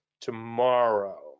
tomorrow